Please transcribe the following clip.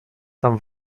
tam